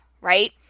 right